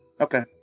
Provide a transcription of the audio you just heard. Okay